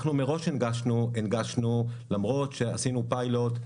אנחנו מראש הנגשנו למרות שעשינו פיילוט,